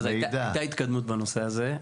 הייתה התקדמות בנושא הזה.